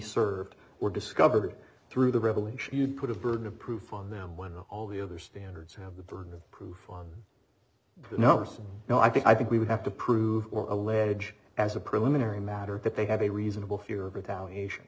served were discovered through the revelation you put of burden of proof on them when all the other standards have the burden of proof on the numbers no i think i think we would have to prove or allege as a preliminary matter that they have a reasonable fear of retaliation